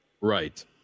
right